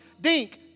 dink